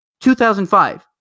2005